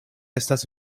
estas